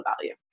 value